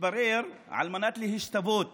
התברר שעל מנת להשתוות